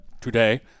today –